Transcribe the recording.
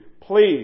please